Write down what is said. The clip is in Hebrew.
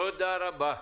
תודה רבה.